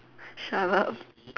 shut up